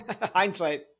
Hindsight